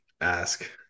ask